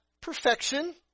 perfection